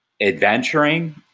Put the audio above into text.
adventuring